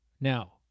Now